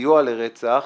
סיוע לרצח